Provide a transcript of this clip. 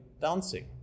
dancing